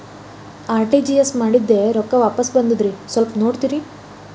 RTGS ಮಾಡಿದ್ದೆ ರೊಕ್ಕ ವಾಪಸ್ ಬಂದದ್ರಿ ಸ್ವಲ್ಪ ನೋಡ್ತೇರ?